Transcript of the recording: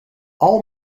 all